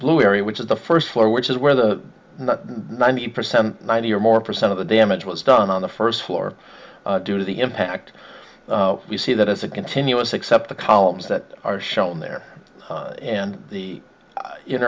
blue area which is the first floor which is where the ninety percent ninety or more percent of the damage was done on the first floor due to the impact we see that is a continuous except the columns that are shown there in the